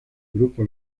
grupo